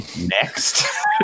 Next